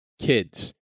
Kids